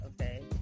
okay